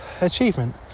achievement